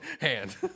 Hand